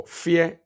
fear